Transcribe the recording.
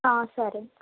సరే